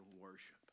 worship